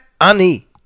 Ani